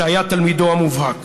שהיה תלמידו המובהק.